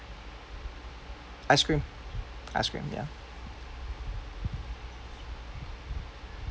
ice cream ice cream ya